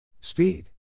Speed